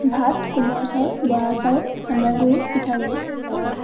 ভাত কোমল চাউল বৰা চাউল সান্দহগুড়ি পিঠাগুড়ি